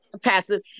passive